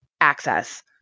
access